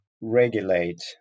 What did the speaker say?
regulate